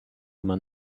man